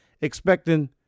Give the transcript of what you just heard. expecting